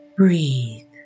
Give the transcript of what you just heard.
Breathe